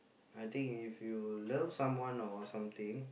I think if you love someone or something